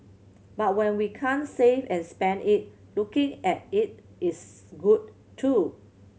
but when we can't save and spend it looking at it is good too